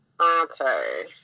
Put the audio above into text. Okay